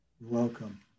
welcome